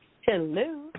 hello